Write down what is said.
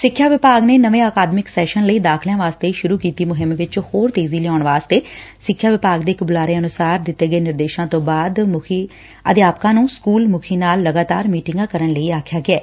ਸਿੱਖਿਆ ਵਿਭਾਗ ਨੇ ਨਵੇਂ ਅਕਾਦਮਿਕ ਸੈਸ਼ਨ ਲਈ ਦਾਖਲਿਆਂ ਵਾਸਤੇ ਸ਼ੁਰੁ ਕੀਤੀ ਮੁਹਿੰਮ ਵਿੱਚ ਹੋਰ ਤੇਜ਼ੀ ਲਿਆਉਣ ਵਾਸਤੇ ਸਿੱਖਿਆ ਵਿਭਾਗ ਦੇ ਇੱਕ ਬੁਲਾਰੇ ਅਨੁਸਾਰ ਦਿੱਤੇ ਗਏ ਨਿਰਦੇਸ਼ਾਂ ਤੋਂ ਬੋਅਦ ਮੁੱਖੀ ਅਧਿਆਪਕਾਂ ਨੂੰ ਸਕੁਲ ਮੁਖੀਆਂ ਨਾਲ ਲਗਾਤਾਰ ਮੀਟਿੰਗਾ ਕਰਨ ਲਈ ਆਖਿਆ ਗਿਐ